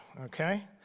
okay